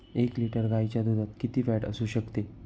एक लिटर गाईच्या दुधात किती फॅट असू शकते?